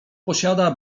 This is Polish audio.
posiada